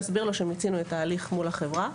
נסביר לו שמיצינו את ההליך מול החברה,